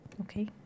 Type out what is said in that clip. Okay